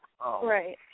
Right